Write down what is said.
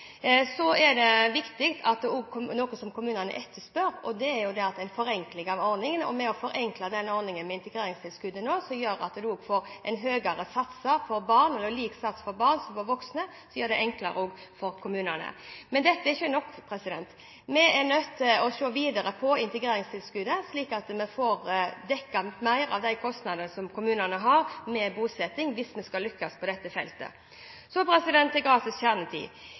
Så er det viktig det som kommunene etterspør, nemlig en forenkling av ordningene, og vi har forenklet integreringstilskuddet slik at man også får høyere satser for barn, dvs. lik sats for barn som for voksne, noe som gjør det enklere for kommunene. Men dette er ikke nok. Vi er nødt til å se videre på integreringstilskuddet, slik at vi får dekket litt mer av de kostnadene som kommunene har med bosetting, hvis vi skal lykkes på dette feltet. Så til gratis kjernetid.